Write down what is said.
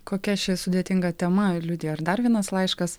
kokia ši sudėtinga tema liudija ir dar vienas laiškas